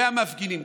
המפגינים,